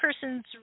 person's